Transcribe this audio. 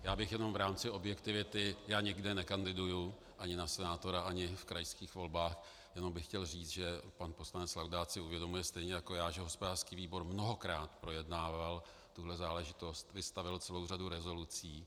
Já bych jenom v rámci objektivity já nikde nekandiduji ani na senátora, ani v krajských volbách chtěl říci, že pan poslanec Laudát si uvědomuje stejně jako já, že hospodářský výbor mnohokrát projednával tuhle záležitost, vystavil celou řadu rezolucí.